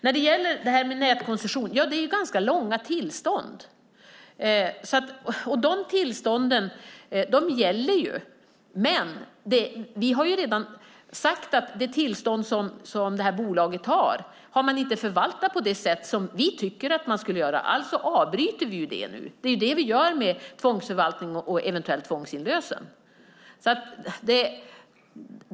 När det gäller nätkoncession är det ganska långa tillstånd, och de tillstånden gäller. Men vi har redan sagt att man inte har förvaltat det tillstånd som detta bolag har på det sätt som vi tycker att man ska göra. Alltså avbryter vi det nu - det är det vi gör med tvångsförvaltning och eventuellt tvångsinlösen.